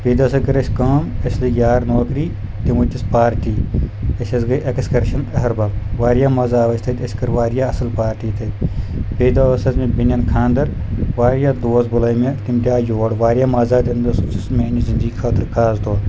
بیٚیہِ دۄہ سا کٔر اَسہِ کٲم أسۍ لٔگۍ یار نوکری تِم ؤتِس پارٹی أسۍ حظ گٔے ایٚکٕسکرشن اہرب واریاہ مَزٕ آو أسۍ تَتہِ أسۍ کٔر واریاہ اصل پارٹی تَتہِ بیٚیہِ دۄہ ٲس مےٚ بِن خاندر واریاہ دوس بُلے مےٚ تِم تہِ آو یور واریاہ مَزٕ أنٛدِس میانہِ زندگی خٲطرٕ خاص طور